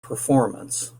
performance